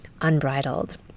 unbridled